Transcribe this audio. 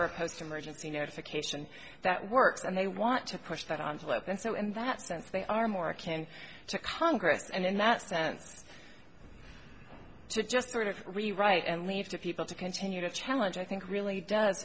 or post emergency notification that works and they want to push that envelope and so in that sense they are more akin to congress and in that sense to just sort of rewrite and leave to people to continue to challenge i think really does